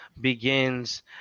begins